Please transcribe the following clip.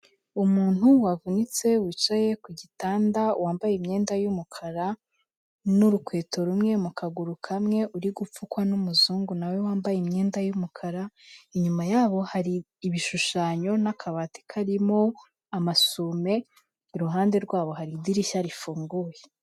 Umuntu wavunitse wicaye ku gitanda wambaye imyenda y'umukara n'urukweto rumwe mu kaguru kamwe uri gupfukwa n'umuzungu na we wambaye imyenda y'umukara, inyuma yabo hari ibishushanyo n'akabati karimo amasume, iruhande rwabo hari idirishya rifunguye.